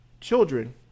children